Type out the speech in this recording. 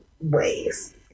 ways